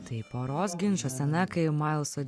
tai poros ginčo scena kai mailso